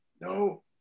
no